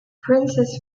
princess